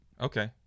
okay